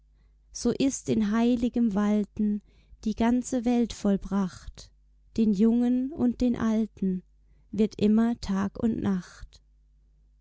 so ist in heiligem walten die ganze welt vollbracht den jungen und den alten wird immer tag und nacht